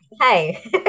Hey